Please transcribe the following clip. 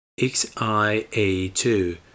XIA2